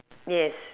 yes